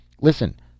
Listen